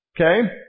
okay